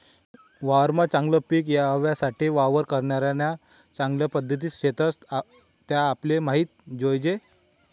वावरमा चागलं पिक येवासाठे वावर करान्या चांगल्या पध्दती शेतस त्या आपले माहित जोयजे